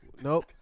Nope